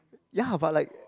ya but like